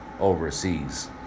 overseas